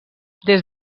des